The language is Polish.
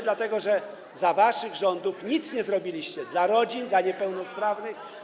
dlatego że za waszych rządów nic nie zrobiliście dla rodzin, dla niepełnosprawnych.